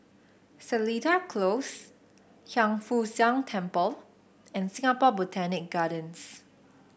Seletar Close Hiang Foo Siang Temple and Singapore Botanic Gardens